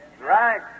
Right